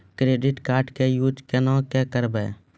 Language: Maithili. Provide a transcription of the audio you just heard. क्रेडिट कार्ड के यूज कोना के करबऽ?